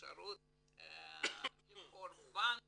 אפשרות לבחור בנק